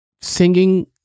singing